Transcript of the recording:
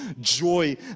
joy